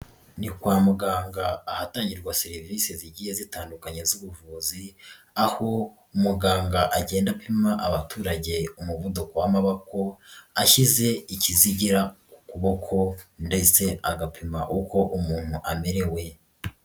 Ni kwa muganga ahatangirwa serivisi zigiye zitandukanyekanya z'ubuvuzi, aho umuganga agenda apima abaturage umuvuduko w'amaboko, ashyize ikizigira mu kuboko ndetse agapima uko umuntu amerewe.